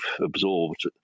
absorbed